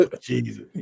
Jesus